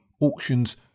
auctions